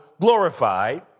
glorified